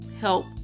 help